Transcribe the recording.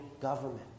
government